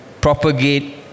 propagate